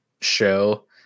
show